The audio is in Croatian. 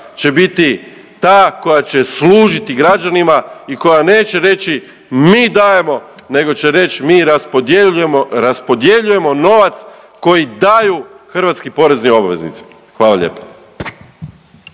će biti ta koja će služiti građanima i koja neće reći mi dajemo nego će reć mi raspodjeljujemo, raspodjeljujemo novac koji daju hrvatski porezni obveznici. Hvala lijepo.